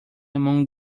among